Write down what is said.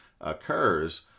occurs